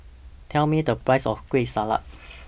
Tell Me The Price of Kueh Salat